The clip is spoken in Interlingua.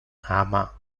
ama